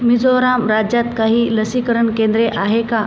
मिझोराम राज्यात काही लसीकरण केंद्रे आहे का